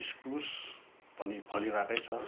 इस्कुस पनि फलिरहेकै छ